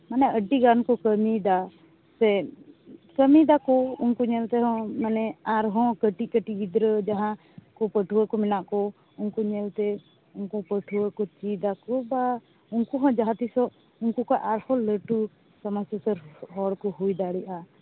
ᱢᱟᱱᱮ ᱟᱹᱰᱤ ᱜᱟᱱ ᱠᱚ ᱠᱟᱹᱢᱤᱭᱮᱫᱟ ᱥᱮ ᱠᱟᱹᱢᱤᱭᱮᱫᱟᱠᱚ ᱩᱱᱠᱩ ᱧᱮᱞ ᱛᱮᱦᱚᱸ ᱢᱟᱱᱮ ᱟᱨᱦᱚᱸ ᱠᱟᱹᱴᱤᱡ ᱠᱟᱹᱴᱤᱡ ᱜᱤᱫᱽᱨᱟᱹ ᱡᱟᱦᱟᱸᱭ ᱠᱚ ᱯᱟᱹᱴᱷᱣᱟᱹ ᱠᱚ ᱢᱮᱱᱟᱜ ᱠᱚ ᱩᱱᱠᱩ ᱧᱮᱞᱛᱮ ᱩᱱᱠᱩ ᱯᱟᱹᱴᱷᱣᱟᱹ ᱠᱚ ᱪᱮᱫᱟᱠᱚ ᱵᱟ ᱩᱱᱠᱩ ᱦᱚᱸ ᱡᱟᱦᱟᱸᱛᱤᱥᱳᱜ ᱩᱱᱠᱩ ᱠᱚ ᱟᱥᱚᱞ ᱞᱟᱹᱴᱩ ᱥᱚᱢᱟᱡᱽ ᱥᱩᱥᱟᱹᱨ ᱦᱚᱲ ᱠᱚ ᱦᱩᱭ ᱫᱟᱲᱮᱭᱟᱜᱼᱟ